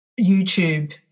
YouTube